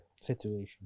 situation